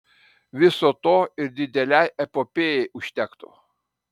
viso to ir didelei epopėjai užtektų